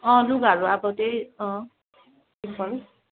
अँ लुगाहरू अब त्यही अँ सिम्पल